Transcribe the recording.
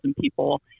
people